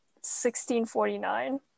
1649